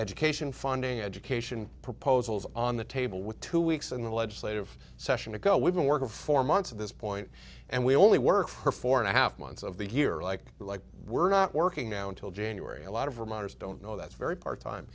education funding education proposals on the table with two weeks in the legislative session to go we've been working for months at this point and we only work for four and a half months of the year like like we're not working now until january a lot of reminders don't know that's very part time